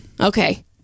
Okay